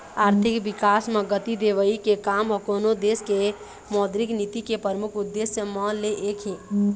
आरथिक बिकास म गति देवई के काम ह कोनो देश के मौद्रिक नीति के परमुख उद्देश्य म ले एक हे